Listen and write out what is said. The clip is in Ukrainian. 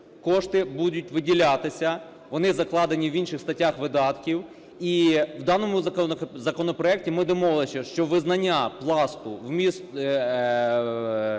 кошти будуть виділятися, вони закладені в інших статтях видатків. І в даному законопроекті ми домовилися, що визнання Пласту, як